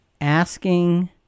Asking